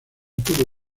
tuvo